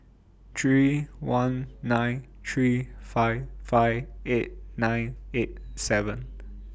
three one nine three five five eight nine eight seven